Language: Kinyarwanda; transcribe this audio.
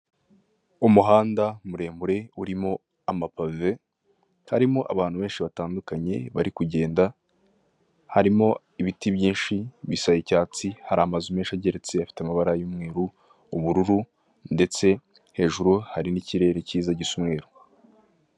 Umuhanda muremure urimo amapave harimo abantu benshi batandukanye bari kugenda, harimo ibiti byinshi bisa icyatsi, hari amazu menshi ageretse afite amabara y'umweru, ubururu ndetse hejuru hari n'ikirere kiza gisa umweru.